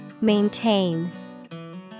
maintain